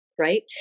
right